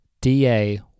DA